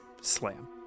slam